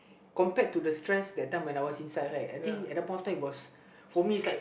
compared to the stress that time when I was inside right I think at the point of time for me it's like